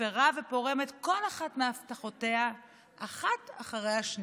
מפירה ופורמת כל אחת מהבטחותיה אחת אחרי השנייה.